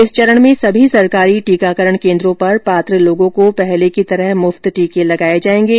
इस चरण में सभी सरकारी टीकाकरण केन्द्रों पर पात्र लोगों को पहले की तरह मुफ्त टीके लगाए जाएंगे